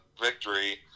victory